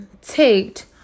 taped